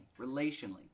relationally